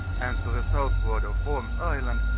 and to the southward of worms island,